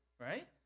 right